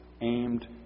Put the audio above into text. aimed